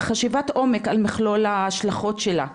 חשיבת עומק, על מכלול ההשלכות שלה.